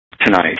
tonight